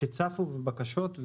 שצפו בקשות,